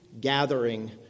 gathering